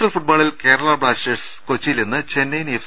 L ഫുട്ബോളിൽ Kerala blasters കൊച്ചിയിൽ ഇന്ന് ചെന്നൈയിൻ എഫ്